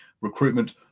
recruitment